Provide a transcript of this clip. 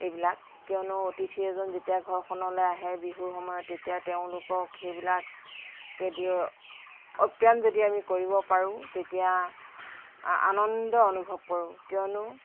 এইবিলাক কিয়নো অতিথি এজন যেতিয়া ঘৰখনলৈ আহে বিহুৰ সময়ত তেতিয়া তেওঁলোকক সেইবিলাকেদিও আপ্যায়ন যদি আমি কৰিব পাৰোঁ তেতিয়া আনন্দ অনুভৱ কৰোঁ কিয়নো